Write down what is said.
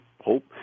hope